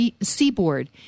seaboard